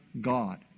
God